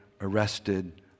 arrested